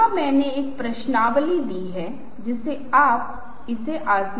मैंने पहले ही इसे एक प्रस्तुति के रूप में चर्चा की है और आपको इसे समझने के लिए उस प्रस्तुति से गुजरना होगा